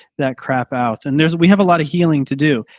that crap out and there's we have a lot of healing to do.